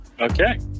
Okay